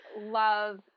love